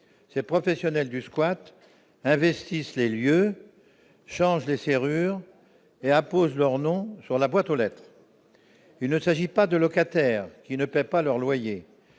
ces professionnels du squat investissent les lieux change les serrures et imposent leurs noms sur la boîte aux lettres, il ne s'agit pas de locataires qui ne paient pas leur loyer,